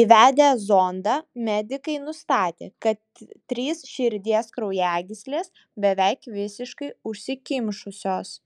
įvedę zondą medikai nustatė kad trys širdies kraujagyslės beveik visiškai užsikimšusios